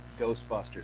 Ghostbusters